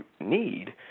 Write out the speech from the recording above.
need